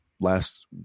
Last –